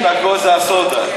זה הסודה.